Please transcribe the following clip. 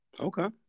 Okay